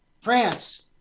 France